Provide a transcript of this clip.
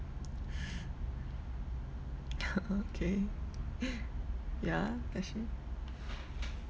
okay ya question